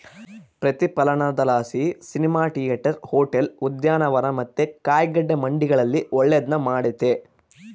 ಪ್ರತಿಫಲನದಲಾಸಿ cinema theatre, hotel, ಉದ್ಯಾನವನ ಮತ್ತೆ ಕಾಯಿಗಡ್ಡೆ ಮಂಡಿಗಳಿಗೆ ಒಳ್ಳೆದ್ನ ಮಾಡೆತೆ